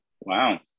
Wow